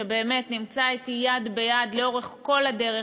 שבאמת נמצא אתי יד ביד לאורך כל הדרך,